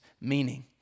meaning